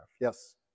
Yes